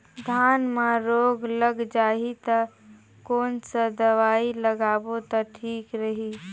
धान म रोग लग जाही ता कोन सा दवाई लगाबो ता ठीक रही?